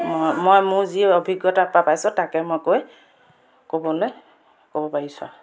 মই মই মোৰ যি অভিজ্ঞতাৰপৰা পাইছোঁ তাকে মই কৈ ক'বলৈ ক'ব পাৰিছোঁ আৰু